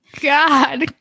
God